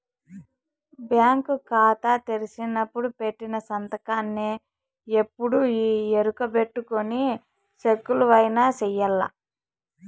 bank కాతా తెరిసినపుడు పెట్టిన సంతకాన్నే ఎప్పుడూ ఈ ఎరుకబెట్టుకొని సెక్కులవైన సెయ్యాల